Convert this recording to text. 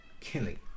killing